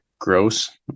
gross